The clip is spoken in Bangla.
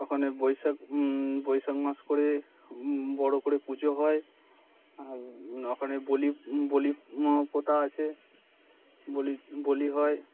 ওখানে বৈশাখ বৈশাখ মাস করে বড়ো করে পুজো হয় আর ওখানে বলি বলি প্রথা আছে বলি বলি হয়